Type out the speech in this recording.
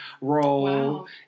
role